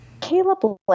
Caleb